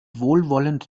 wohlwollend